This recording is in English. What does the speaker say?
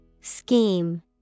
Scheme